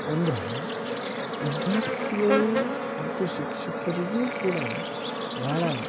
ಅಂದ್ರೆ ವಿದ್ಯಾರ್ಥಿಗಳು ಮತ್ತು ಶಿಕ್ಷಕರಿಗೂ ಕೂಡ ಭಾಳ